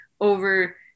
over